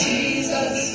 Jesus